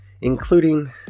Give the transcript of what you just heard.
Including